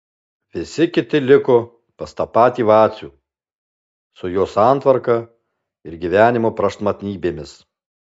visi kiti liko pas tą patį vacių su jo santvarka ir gyvenimo prašmatnybėmis